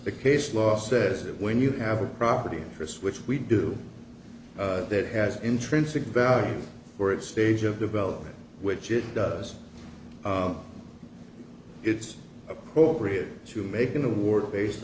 the case law says it when you have a property interest which we do that has intrinsic value or it stage of development which it does it's appropriate to make an award based